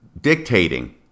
dictating